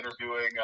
interviewing